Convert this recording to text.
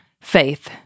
faith